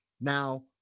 Now